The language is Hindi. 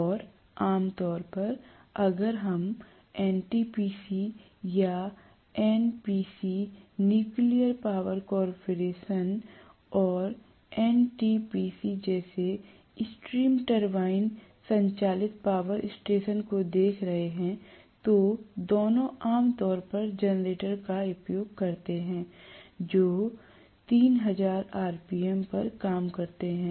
और आम तौर पर अगर हम एनटीपीसी या NPC Nuclear Power Corporation NPC - Nuclear Power Corporation और एनटीपीसी जैसे स्ट्रीम टरबाइन संचालित पावर स्टेशन को देख रहे हैं तो दोनों आमतौर पर जनरेटर का उपयोग करते हैं जो 3000 rpm पर काम करते हैं